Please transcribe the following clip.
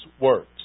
works